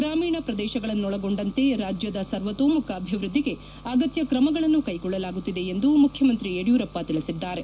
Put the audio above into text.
ಗ್ರಾಮೀಣ ಪ್ರದೇಶಗಳನ್ನೊಳಗೊಂಡಂತೆ ರಾಜ್ಯದ ಸರ್ವತೋಮುಖ ಅಭಿವ್ಯದ್ಧಿಗೆ ಅಗತ್ತಕ್ರಮಗಳನ್ನು ಕೈಗೊಳ್ಳಲಾಗುತ್ತಿದೆ ಎಂದು ಮುಖ್ಯಮಂತ್ರಿ ಯಡಿಯೂರಪ್ಪ ತಿಳಿಸಿದ್ದಾರೆ